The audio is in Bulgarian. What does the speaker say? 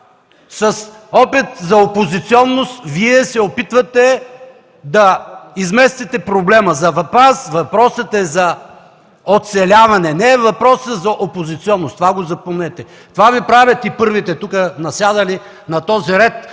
С опит за опозиционност Вие се опитвате да изместите проблема. За Вас въпросът е за оцеляване, а не за опозиционност. Това го запомнете! Това Ви правят и първите тук насядали на този ред,